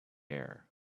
air